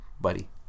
Buddy